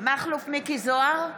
מכלוף מיקי זוהר,